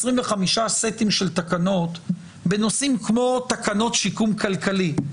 25 סטים של תקנות בנושאים כמו תקנות שיקום כלכלי,